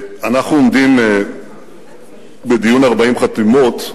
אנחנו עומדים בדיון בעקבות 40 חתימות,